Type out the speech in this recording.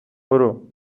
برو